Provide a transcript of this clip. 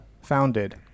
founded